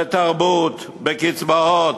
בתרבות, בקצבאות,